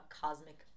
cosmic